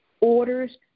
orders